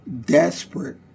desperate